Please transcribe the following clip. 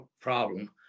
problem